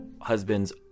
husband's